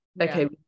okay